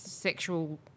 Sexual